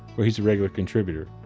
where he's a regular contributor.